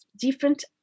different